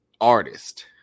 artist